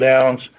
Downs